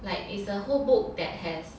like it's a whole book that has